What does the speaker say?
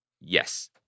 Yes